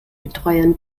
betreuern